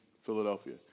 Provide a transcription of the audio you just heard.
Philadelphia